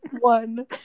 one